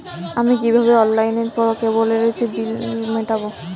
আমি কিভাবে অনলাইনে কেবলের বিল মেটাবো?